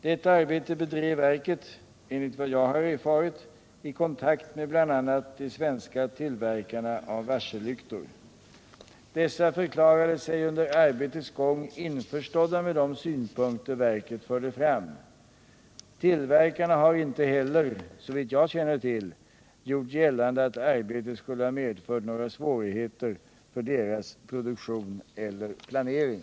Detta arbete bedrev verket — enligt vad jag har erfarit — i kontakt med bl.a. de svenska tillverkarna av varsellyktor. Dessa förklarade sig under arbetets gång införstådda med de synpunkter verket förde fram. Till verkarna har inte heller — såvitt jag känner till — gjort gällande att arbetet skulle ha medfört några svårigheter för deras produktion eller planering.